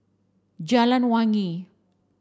Jalan Wangi